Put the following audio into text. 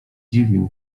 dziwił